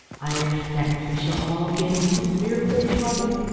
i expect we shall all get into fearful trouble.